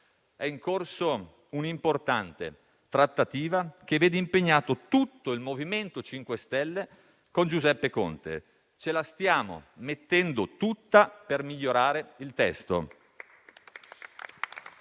È in corso un'importante trattativa che vede impegnato tutto il MoVimento 5 Stelle con Giuseppe Conte: ce la stiamo mettendo tutta per migliorare il testo.